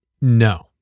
No